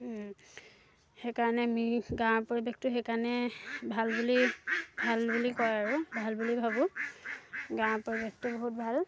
সেইকাৰণে আমি গাঁৱৰ পৰিৱেশটো সেইকাৰণে ভাল বুলি ভাল বুলি কয় আৰু ভাল বুলি ভাবোঁ গাঁৱৰ পৰিৱেশটো বহুত ভাল